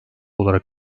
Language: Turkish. olarak